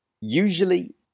usually